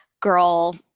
girl